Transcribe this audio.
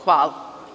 Hvala.